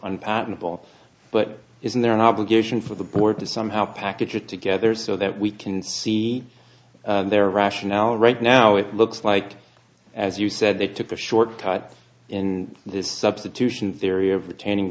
unpardonable but isn't there an obligation for the board to somehow package it together so that we can see their rationale right now it looks like as you said they took the short tide in this substitution theory of returning